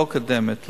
לא הקודמת,